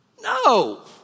No